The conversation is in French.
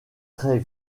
très